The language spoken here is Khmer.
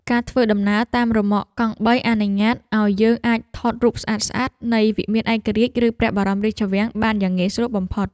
ការធ្វើដំណើរតាមរ៉ឺម៉កកង់បីអនុញ្ញាតឱ្យយើងអាចថតរូបភាពស្អាតៗនៃវិមានឯករាជ្យឬព្រះបរមរាជវាំងបានយ៉ាងងាយស្រួលបំផុត។